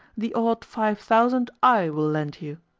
the odd five thousand i will lend you,